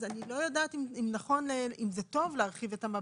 אז אני לא יודעת אם זה טוב להרחיב את המבט.